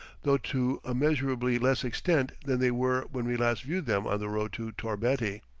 though to a measurably less extent than they were when we last viewed them on the road to torbeti.